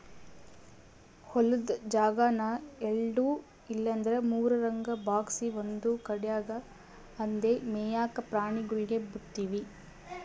ಹೊಲುದ್ ಜಾಗಾನ ಎಲ್ಡು ಇಲ್ಲಂದ್ರ ಮೂರುರಂಗ ಭಾಗ್ಸಿ ಒಂದು ಕಡ್ಯಾಗ್ ಅಂದೇ ಮೇಯಾಕ ಪ್ರಾಣಿಗುಳ್ಗೆ ಬುಡ್ತೀವಿ